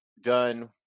done